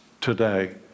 today